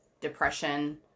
depression